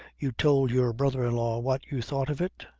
you told your brother in-law what you thought of it?